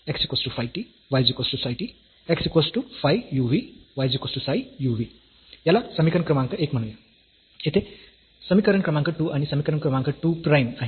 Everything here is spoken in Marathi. zf x y xϕ yψ xϕ u v yψ u v याला समीकरण क्रमांक 1 म्हणूया येथे समीकरण क्रमांक 2 आणि हे समीकरण क्रमांक 2 प्राईम आहे